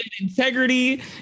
integrity